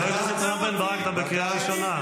חבר הכנסת רם בן ברק, קריאה ראשונה.